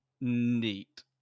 Neat